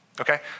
Okay